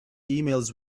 emails